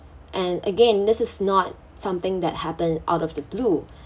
and again this is not something that happen out of the blue